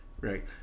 right